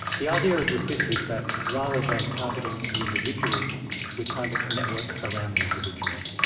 the idea with this is that rather than targeting the individual we target the network around the individual.